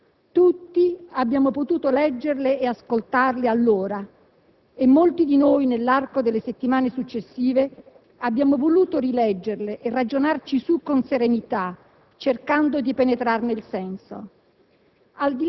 Le sue parole pronunciate in un luogo e in un tempo ben precisi, davanti ad un uditorio che aveva caratteristiche ben definite, hanno acquistato in tempo reale una risonanza senza limiti né di spazio né di lingua.